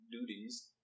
duties